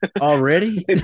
already